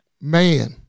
Man